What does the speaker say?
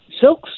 Silk